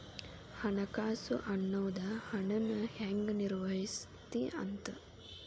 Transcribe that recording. ಹಣಕಾಸು ಅನ್ನೋದ್ ಹಣನ ಹೆಂಗ ನಿರ್ವಹಿಸ್ತಿ ಅಂತ